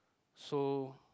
so